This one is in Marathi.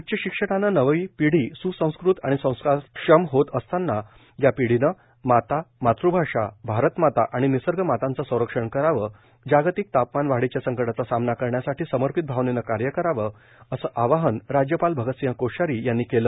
उच्च शिक्षणानं नवी पिढी स्संस्कृत आणि संस्कारक्षम होत असताना या पिढीनं माता मातृभाषा भारतमाता आणि निसर्गमातांचं संरक्षण करावं जागतिक तापमान वाढीच्या संकटाचा सामना करण्यासाठी समर्पित भावनेनं कार्य करावं असं आवाहन राज्यपाल भगतसिंह कोश्यारी यांनी केलं